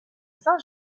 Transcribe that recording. saint